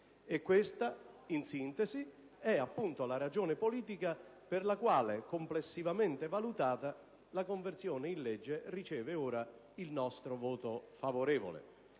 questa, in sintesi, è appunto la ragione politica per la quale, complessivamente valutata, la conversione in legge riceve ora il nostro voto favorevole.